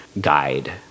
guide